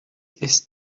ist